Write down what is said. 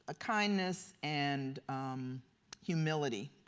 ah kindness and humility.